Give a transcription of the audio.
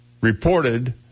reported